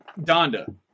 Donda